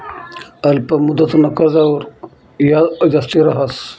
अल्प मुदतनं कर्जवर याज जास्ती रहास